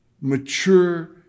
mature